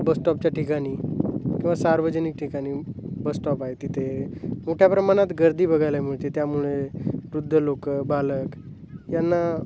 बसस्टॉपच्या ठिकाणी किंवा सार्वजनिक ठिकाणी बसस्टॉप आहे तिथे मोठ्या प्रमाणात गर्दी बघायला मिळते त्यामुळे वृद्ध लोक बालक यांना